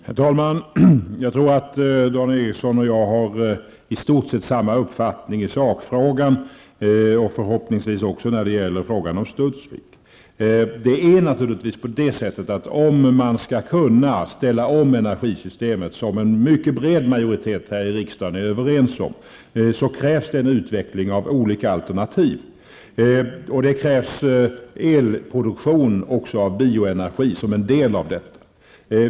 Herr talman! Jag tror att Dan Ericsson i Kolmården och jag har i stort sett samma uppfattning i sakfrågan, och förhoppningsvis också när det gäller frågan om Studsvik. Om man skall kunna ställa om energisystemet, som en mycket bred majoritet här i riksdagen är överens om, krävs det en utveckling av olika alternativ. Det krävs även elproduktion av bioenergi som en del av detta.